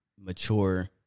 mature